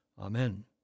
Amen